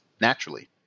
naturally